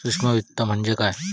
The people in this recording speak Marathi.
सूक्ष्म वित्त म्हणजे काय?